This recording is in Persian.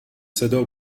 صدا